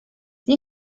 nie